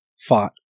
fought